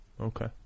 Okay